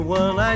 one